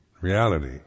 reality